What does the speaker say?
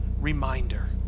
reminder